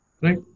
Right